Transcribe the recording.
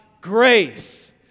grace